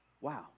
Wow